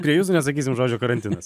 prie jūsų nesakysim žodžio karantinas